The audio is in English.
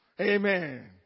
Amen